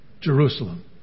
Jerusalem